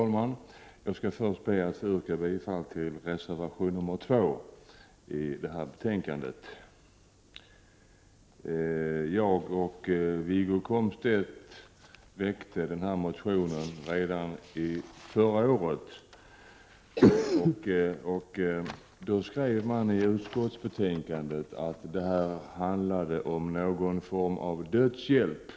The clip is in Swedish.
Herr talman! Först yrkar jag bifall till reservation nr 2 i betänkandet. Jag och Wiggo Komstedt väckte redan förra året en motion i detta sammanhang. Det stod i det då aktuella betänkandet att det handlade om en form av dödshjälp.